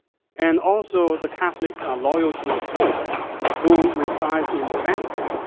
and also the catholics are loyal to the pope who resides in the vatican.